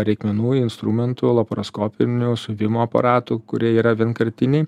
reikmenų instrumentų laparoskopinių užsiuvimo aparatų kurie yra vienkartiniai